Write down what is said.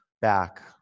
back